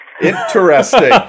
Interesting